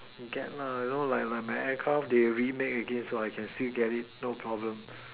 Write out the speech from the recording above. get lah you know like like my aircraft they remake again so I can still get it no problem